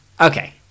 Okay